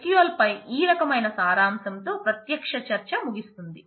SQL పై ఈ రకమైన సారాంశం తో ప్రత్యక్ష చర్చ ముగిస్తుంది